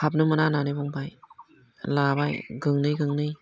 हाबनो मोना होननानै बुंबाय लाबाय गंनै गंनै